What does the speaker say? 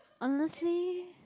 honestly